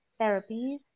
therapies